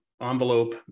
envelope